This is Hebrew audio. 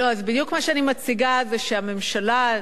בדיוק מה שאני מציגה זה שהממשלה,